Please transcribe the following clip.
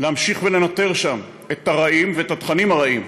להמשיך ולנטר שם את הרעים ואת התכנים הרעים,